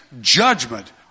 judgment